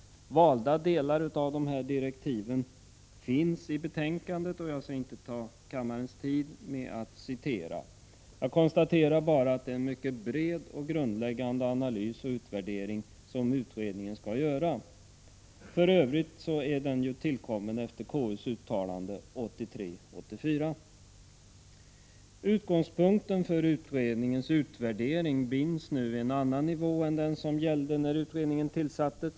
Valda delar av direktiven finns återgivna i betänkandet, och jag skall inte ta upp kammarens tid med att citera dem. Jag konstaterar bara att det är en mycket bred och grundläggande analys och utvärdering som utredningen skall göra. Den tillkom för övrigt efter KU:s uttalande 1983/84. Utgångspunkten för utredningens utvärdering binds nu vid en annan nivå än den som gällde när utredningen tillsattes.